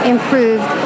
improved